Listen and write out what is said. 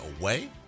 away